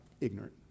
ignorant